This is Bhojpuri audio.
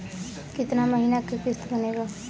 कितना महीना के किस्त बनेगा?